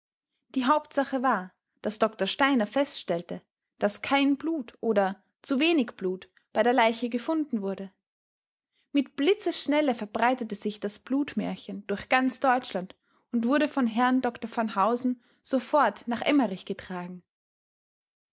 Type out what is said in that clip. die hauptsache war daß dr steiner feststellte daß kein blut oder zuwenig blut bei der leiche gefunden wurde mit blitzesschnelle verbreitete sich das blutmärchen durch ganz deutschland und wurde von herrn dr van housen sofort nach emmerich getragen